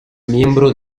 miembro